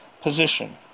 position